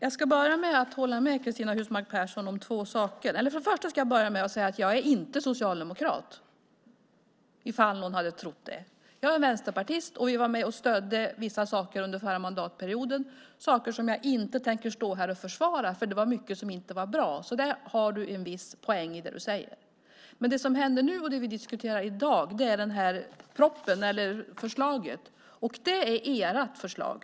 Herr talman! Jag ska börja med att säga att jag inte är socialdemokrat, ifall någon hade trott det. Jag är vänsterpartist. Vi var med och stödde vissa saker under den förra mandatperioden, saker som jag inte tänker stå här och försvara, för det var mycket som inte var bra. Där har du en viss poäng i det du säger. Men det som händer nu och det vi diskuterar i dag är propositionen, förslaget. Det är ert förslag.